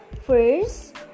First